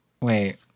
Wait